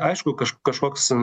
aišku kažkoks